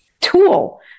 tool